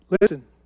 listen